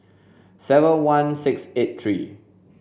seven one six eight three